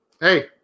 hey